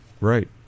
Right